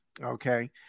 Okay